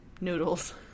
noodles